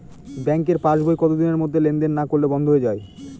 ব্যাঙ্কের পাস বই কত দিনের মধ্যে লেন দেন না করলে বন্ধ হয়ে য়ায়?